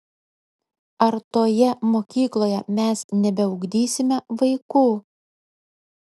ar toje mokykloje mes nebeugdysime vaikų